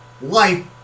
life